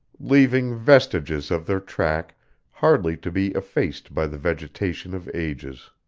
leaving vestiges of their track hardly to be effaced by the vegetation of ages.